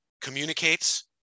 communicates